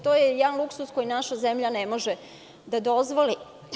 To je luksuz koji naša zemlja ne može da dozvoli.